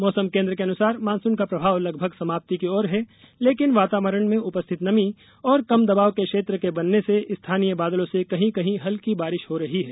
मौसम केन्द्र के अनुसार मानसून का प्रभाव लगभग समाप्ति की ओर है लेकिन वातावरण में उपस्थित नमी और कम दवाब के क्षेत्र के बनने से स्थानीय बादलों से कहीं कहीं हल्की बारिश हो रही है